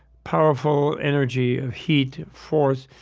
powerful energy of heat, force,